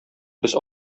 без